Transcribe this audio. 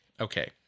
Okay